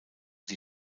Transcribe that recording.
die